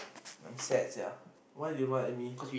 I'm sad sia why did you look at me